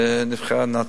ונבחרה "נטלי".